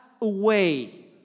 away